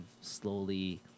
slowly